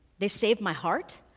they saved my heart,